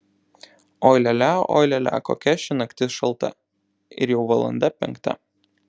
oi lia lia oi lia lia kokia ši naktis šalta ir jau valanda penkta